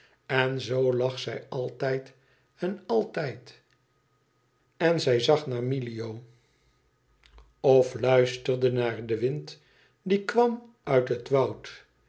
en zoo lag zij altijd en altijd en zij zag naar milio of zij luisterde naar den wind die kwam uit bet woud